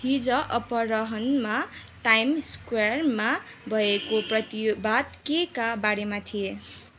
हिजो अपराह्नमा टाइम्स स्क्वायरमा भएको प्रतिवाद केका बारेमा थिए